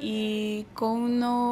į kauno